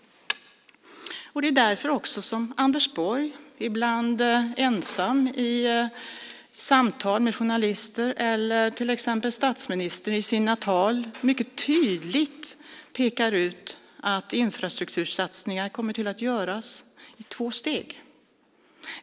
Det är också därför som Anders Borg ibland ensam i samtal med journalister eller statsministern i sina tal mycket tydligt pekar ut att det kommer att göras infrastruktursatsningar i två steg.